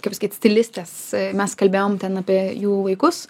kaip pasakyt stilistės mes kalbėjom ten apie jų vaikus